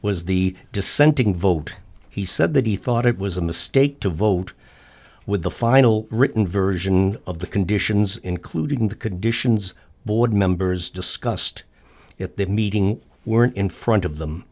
was the dissenting vote he said that he thought it was a mistake to vote with the final written version of the conditions including the conditions board members discussed at that meeting weren't in front of them